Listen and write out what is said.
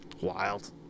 Wild